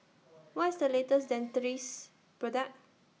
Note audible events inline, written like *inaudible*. *noise* What IS The latest Dentiste Product